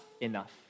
enough